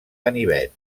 ganivet